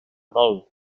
dol